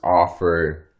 offer